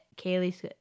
Kaylee's